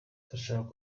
turashaka